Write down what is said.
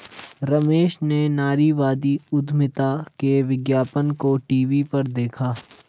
रमेश ने नारीवादी उधमिता के विज्ञापन को टीवी पर देखा